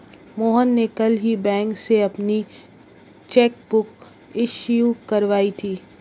मोहन ने कल ही बैंक से अपनी चैक बुक इश्यू करवाई थी